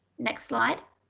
next slide.